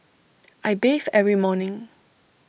I bathe every morning